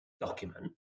document